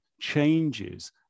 changes